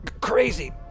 crazy